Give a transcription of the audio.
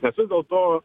nes vis dėlto